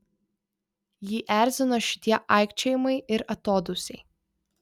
jį erzino šitie aikčiojimai ir atodūsiai